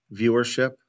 viewership